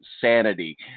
sanity